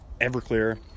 Everclear